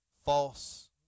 False